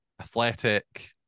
athletic